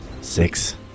six